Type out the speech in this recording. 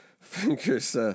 fingers